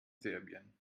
serbien